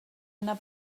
anar